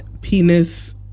penis